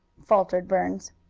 faltered burns.